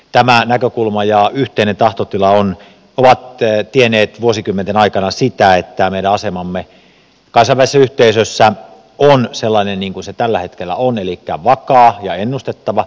tämä näkökulma ja yhteinen tahtotila ovat tienneet vuosikymmenten aikana sitä että meidän asemamme kansainvälisessä yhteisössä on sellainen niin kuin se tällä hetkellä on elikkä vakaa ja ennustettava